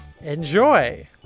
enjoy